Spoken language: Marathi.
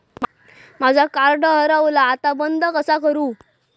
माझा कार्ड हरवला आता बंद कसा करू?